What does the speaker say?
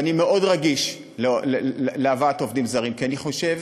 ואני מאוד רגיש להבאת עובדים זרים כי אני חושב